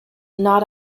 not